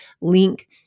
link